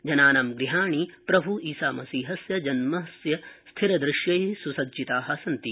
जनाना गृहाणि प्रभु ईसा मसीहस्य जन्मस्य स्थिर दृश्यै सुसजितानि सन्ति